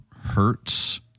hurts